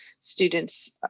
students